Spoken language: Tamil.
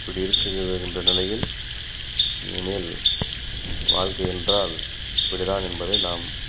இப்படி இருக்கு என்ற நிலையில் இனிமேல் வாழ்க்கை என்றால் இப்படிதான் என்பதை நாம்